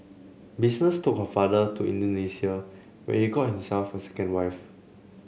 business took her father to Indonesia where he got himself a second wife